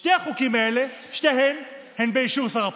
שני החוקים האלה הם באישור שר הפנים,